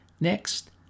Next